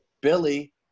Billy